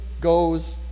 goes